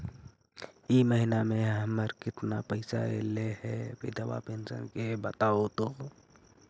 इ महिना मे हमर केतना पैसा ऐले हे बिधबा पेंसन के बताहु तो?